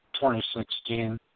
2016